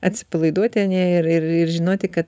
atsipalaiduoti ir ir ir žinoti kad